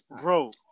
Bro